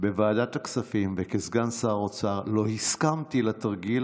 בוועדת הכספים וכסגן שר אוצר לא הסכמתי לתרגיל